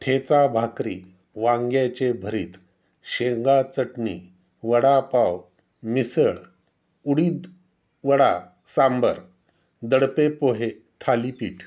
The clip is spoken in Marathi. ठेचा भाकरी वांग्याचे भरीत शेंगा चटणी वडापाव मिसळ उडीद वडा सांबार दडपे पोहे थालिपीठ